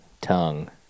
Tongue